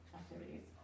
activities